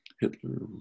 Hitler